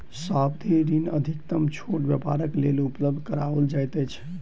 सावधि ऋण अधिकतम छोट व्यापारक लेल उपलब्ध कराओल जाइत अछि